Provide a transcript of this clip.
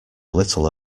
little